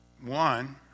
one